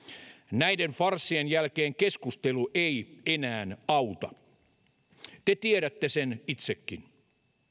näiden farssien jälkeen keskustelu ei enää auta te tiedätte sen itsekin